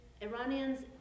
Iranians